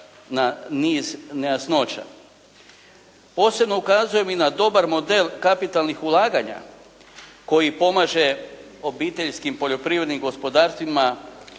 na niz nejasnoća. Posebno ukazujem i na dobar model kapitalnih ulaganja koji pomaže obiteljskim poljoprivrednim gospodarstvima,